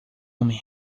homem